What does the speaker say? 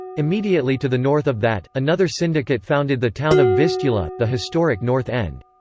immediately to the north of that, another syndicate founded the town of vistula, the historic north end.